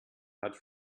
hat